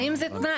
האם זה תנאי?